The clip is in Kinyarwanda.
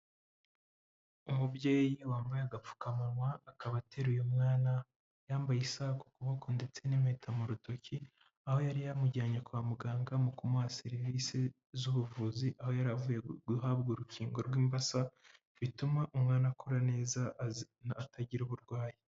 Umubyeyi wambaye agapfukamunwa akaba atera umwana yambaye isaha ukuboko ndetse n'impeta mu rutoki, aho yari yamujyanye kwa muganga mu kumuha serivisi z'ubuvuzi aho yarivuye guhabwa urukingo rw'imbasa bituma umwana akura neza atagira uburwayi.